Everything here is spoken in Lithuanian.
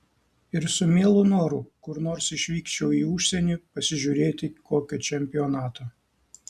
ir su mielu noru kur nors išvykčiau į užsienį pasižiūrėti kokio čempionato